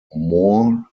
moor